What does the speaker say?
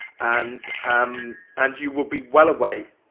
and um and you will be well away.